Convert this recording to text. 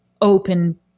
open